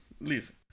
listen